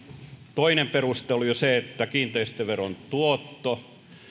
toinen perustelu oli se että kiinteistöveron tuotto